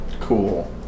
Cool